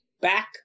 back